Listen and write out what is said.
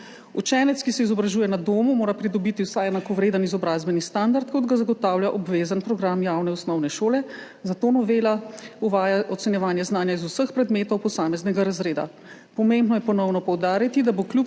Učenec, ki se izobražuje na domu, mora pridobiti vsaj enakovreden izobrazbeni standard, kot ga zagotavlja obvezen program javne osnovne šole, zato novela uvaja ocenjevanje znanja iz vseh predmetov posameznega razreda. Pomembno je ponovno poudariti, da bo temu